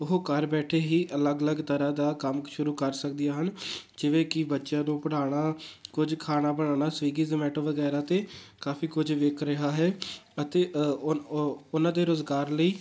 ਉਹ ਘਰ ਬੈਠੇ ਹੀ ਅਲੱਗ ਅਲੱਗ ਤਰ੍ਹਾਂ ਦਾ ਕੰਮ ਸ਼ੁਰੂ ਕਰ ਸਕਦੀਆਂ ਹਨ ਜਿਵੇਂ ਕਿ ਬੱਚਿਆਂ ਨੂੰ ਪੜ੍ਹਾਉਣਾ ਕੁਝ ਖਾਣਾ ਬਣਾਉਣਾ ਸਵਿਗੀ ਜਮੈਟੋ ਵਗੈਰਾ 'ਤੇ ਕਾਫ਼ੀ ਕੁਝ ਵਿਕ ਰਿਹਾ ਹੈ ਅਤੇ ਉਹ ਉਹਨਾਂ ਦੇ ਰੁਜ਼ਗਾਰ ਲਈ